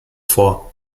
vor